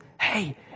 Hey